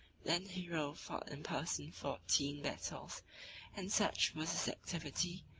than hero fought in person fourteen battles and such was his activity,